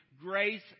grace